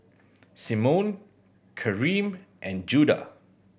Simone Karyme and Judah